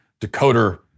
decoder